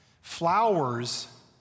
flowers